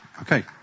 Okay